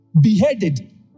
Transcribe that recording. Beheaded